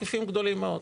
בהיקפים גדולים מאוד.